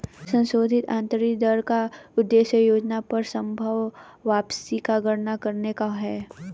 संशोधित आंतरिक दर का उद्देश्य योजना पर संभवत वापसी की गणना करने का है